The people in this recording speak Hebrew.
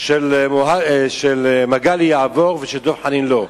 של מגלי תעבור ושל דב חנין לא,